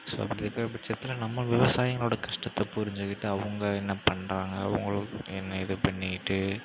so அப்படி இருக்கிற பட்சத்தில் நம்ம விவசாயிங்களோட கஷ்டத்தை புரிஞ்சிக்கிட்டு அவங்க என்ன பண்ணுறாங்க அவங்களும் என்ன இது பண்ணிக்கிட்டு